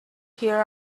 here